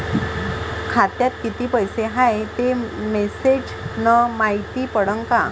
खात्यात किती पैसा हाय ते मेसेज न मायती पडन का?